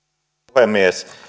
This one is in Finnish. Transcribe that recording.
puhemies